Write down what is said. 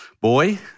boy